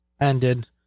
ended